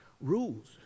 rules